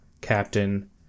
captain